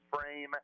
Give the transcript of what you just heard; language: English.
frame